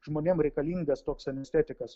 žmonėm reikalingas toks anestetikas